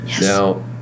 Now